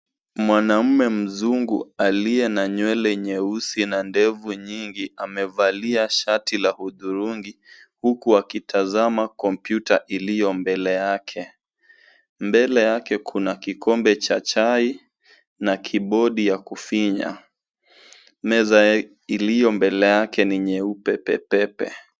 Mwamamme mzungu aliye na nywele nyeusi na ndevu nyingi amevalia shati la hudhurungi huku akitazama kompyuta iliyo mbele yake. Mbele yake kuna kikombe cha chai na keyboardib ya kufinya. Meza iliyo mbele yake ni nyeupe pe pe pe.